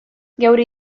geure